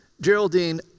Geraldine